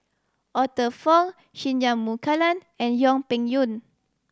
Arthur Fong Singai Mukilan and Yang Peng Yuan